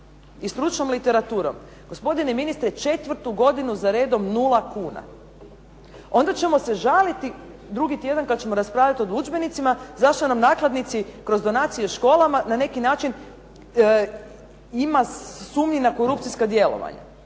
i stručnom literaturom, gospodine ministre četvrtu godinu za redom nula kuna. Onda ćemo se žaliti drugi tjedan kad ćemo raspravljati o udžbenicima zašto nam nakladnici kroz donacije školama na neki način ima sumnji na korupcijska djelovanja.